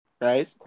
right